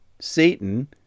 Satan